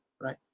right